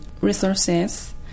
resources